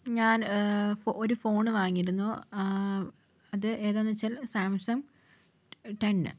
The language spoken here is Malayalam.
ഞാൻ ഒരു ഫോൺ വാങ്ങിരുന്നു അത് ഏതാന്ന് വെച്ചാൽ സാംസങ് ടെൻ ആണ്